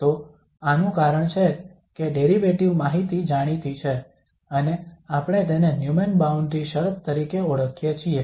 તો આનું કારણ છે કે ડેરિવેટિવ માહિતી જાણીતી છે અને આપણે તેને ન્યુમેન બાઉન્ડ્રી શરત તરીકે ઓળખીએ છીએ